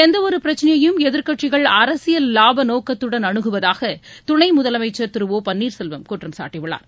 எந்த ஒரு பிரச்னையும் எதிர்க்கட்சிகள் அரசியல் லாபநோக்கத்துடன் அணுகுவதாக துணை முதலமைச்சர் திரு ஓ பள்ளீர் செல்வம் குற்றம் சாட்டியுள்ளார்